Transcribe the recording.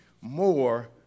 more